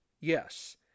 Yes